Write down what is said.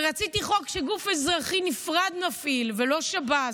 ורציתי חוק שגוף אזרחי נפרד מפעיל ולא שב"ס,